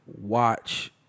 watch